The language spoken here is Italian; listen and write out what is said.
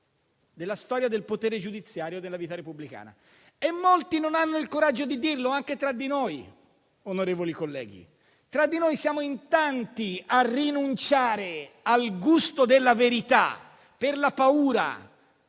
della storia del potere giudiziario della vita repubblicana. Molti non hanno il coraggio di dirlo, anche tra di noi, onorevoli colleghi. Tra di noi siamo in tanti a rinunciare al gusto della verità, per paura,